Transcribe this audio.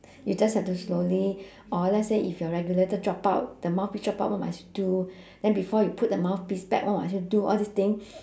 you just have to slowly or let's say if your regulator drop out the mouthpiece drop out what must you do then before you put the mouthpiece back what must you do all this thing